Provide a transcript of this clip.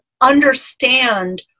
understand